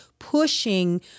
pushing